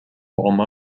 while